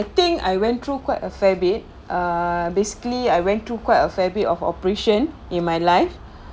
I think I went through quite a fair bit uh basically I went through quite a fair bit of operation in my life